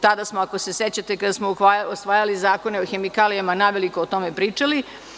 Tada smo, ako se sećate, kada smo usvajali zakone o hemikalijama, naveliko o tome pričali.